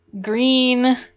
green